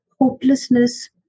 hopelessness